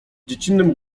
dziecinnym